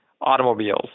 automobiles